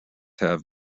have